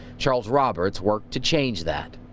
charles roberts worked to change that.